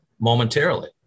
momentarily